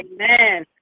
Amen